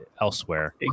elsewhere